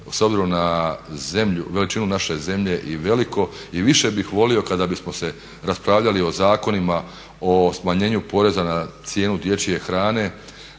s obzirom na veličinu naše zemlje je veliko i više bih volio kada bismo se raspravljali o zakonima o smanjenju poreza na cijenu dječje hrane,